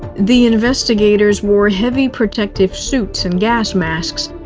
the investigators wore heavy protective suits and gas masks.